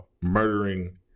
murdering